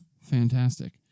fantastic